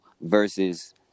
versus